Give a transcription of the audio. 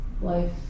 life